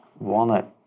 Walnut